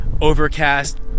overcast